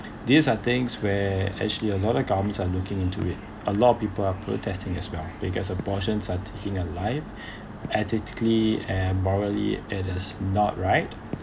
these are things where actually a lot of government are looking into it a lot of people are protesting as well because abortions are taking a live ethically and morally it is not right